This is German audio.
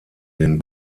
den